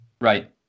Right